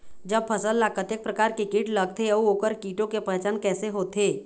जब फसल ला कतेक प्रकार के कीट लगथे अऊ ओकर कीटों के पहचान कैसे होथे?